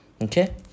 Okay